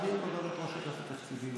נביא את ראש אגף התקציבים.